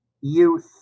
youth